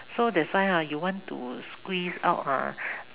so that's why ha you want to squeeze out ah